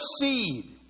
seed